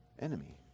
enemy